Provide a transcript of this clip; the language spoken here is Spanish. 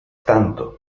tanto